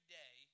day